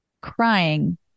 crying